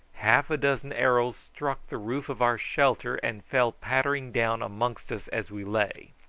half a dozen arrows struck the roof of our shelter, and fell pattering down amongst us as we lay.